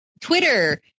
Twitter